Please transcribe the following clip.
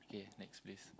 okay next please